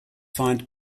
find